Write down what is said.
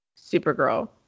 Supergirl